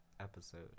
episode